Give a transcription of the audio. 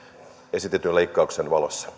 esitetyn leikkauksen valossa